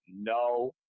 No